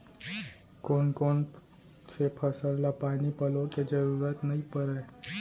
कोन कोन से फसल ला पानी पलोय के जरूरत नई परय?